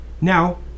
Now